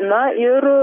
na ir